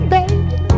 Baby